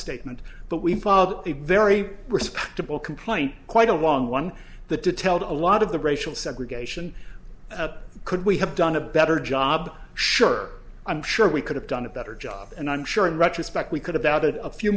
statement but we got the very respectable complaint quite a long one the detailed a lot of the racial segregation could we have done a better job sure i'm sure we could have done a better job and i'm sure in retrospect we could have outed a few